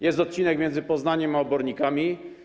Jest to odcinek między Poznaniem a Obornikami.